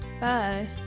Bye